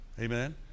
Amen